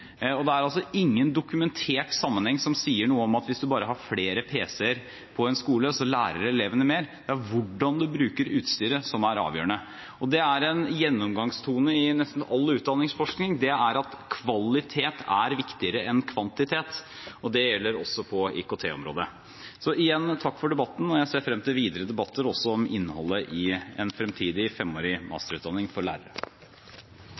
Det er altså ingen dokumentert sammenheng som sier noe om at hvis du bare har flere pc-er på en skole, lærer elevene mer. Det er hvordan du bruker utstyret som er avgjørende. Det er en gjennomgangstone i nesten all utdanningsforskning at kvalitet er viktigere enn kvantitet. Det gjelder også på IKT-området. Igjen: Takk for debatten. Jeg ser frem til videre debatter også om innholdet i en fremtidig femårig masterutdanning for lærere.